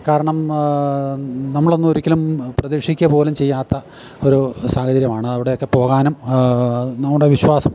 കാരണം നമ്മളൊന്നും ഒരിക്കലും പ്രതീക്ഷിക്കുക പോലും ചെയ്യാത്ത ഒരു സാഹചര്യമാണ് അവിടെയൊക്കെ പോകാനും നമ്മുടെ വിശ്വാസം